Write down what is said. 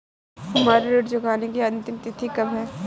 हमारी ऋण चुकाने की अंतिम तिथि कब है?